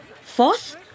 Fourth